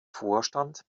vorstand